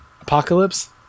Apocalypse